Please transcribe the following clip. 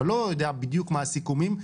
אבל לא יודע בדיוק מה הסיכומים,